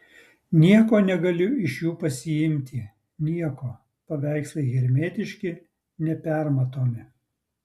nieko negaliu iš jų pasiimti nieko paveikslai hermetiški nepermatomi